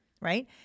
right